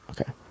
Okay